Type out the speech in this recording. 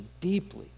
deeply